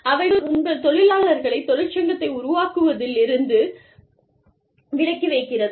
அவைகள் உங்கள் தொழிலாளர்களை தொழிற்சங்கத்தை உருவாக்குவதிலிருந்து விலக்கி வைக்கிறது